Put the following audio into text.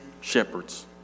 shepherds